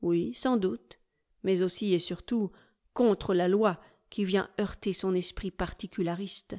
oui sans doute mais aussi et surtout contre la loi qui vient heurter son esprit particulariste